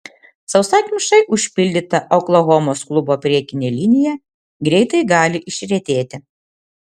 sausakimšai užpildyta oklahomos klubo priekinė linija greitai gali išretėti